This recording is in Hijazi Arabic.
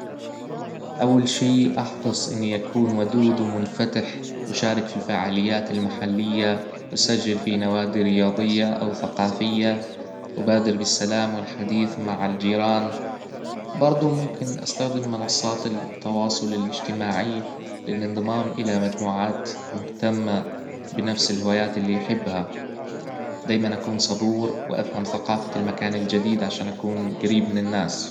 اول شيء احرص اني اكون ودود ومنفتح اشارك في الفعاليات المحلية اسجل في نوادي رياضية او ثقافية ابادر بالسلام والحديث مع الجيران برضه ممكن استخدم منصات التواصل الاجتماعي للانضمام الى مجموعات مهتمة بنفس الهوايات اللي بحبها دايما اكون صبور وافهم ثقافة المكان الجديد عشان اكون جريب من الناس